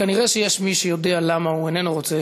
כנראה יש מי שיודע למה הוא איננו רוצה